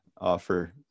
offer